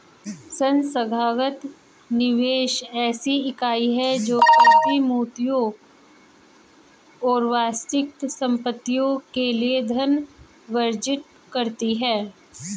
संस्थागत निवेशक ऐसी इकाई है जो प्रतिभूतियों और वास्तविक संपत्तियों के लिए धन अर्जित करती है